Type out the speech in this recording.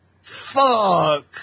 Fuck